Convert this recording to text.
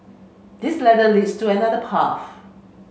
this ladder leads to another path